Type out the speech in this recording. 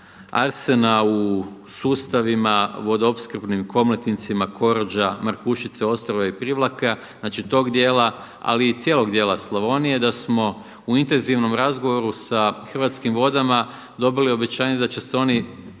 arsena u sustavima vodoopskrbnim Komletincima, Korođa, Markušica, Ostrova i Privlaka, znači tog dijela ali i cijelog dijela Slavonije da smo u intenzivnom razgovoru sa Hrvatskim vodama dobili obećanje da će se oni